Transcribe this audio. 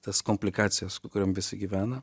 tas komplikacijas kuriom visi gyvena